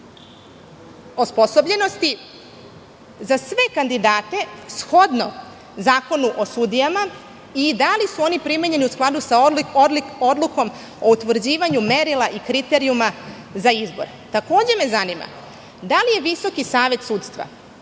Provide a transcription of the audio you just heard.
i osposobljenosti za sve kandidate shodno Zakonu o sudijama i da li su oni primenjeni u skladu sa Odlukom o utvrđivanju merila i kriterijuma za izbor? Takođe me zanima da li je Visoki savet sudstva